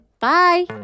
Bye